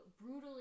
brutally